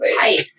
tight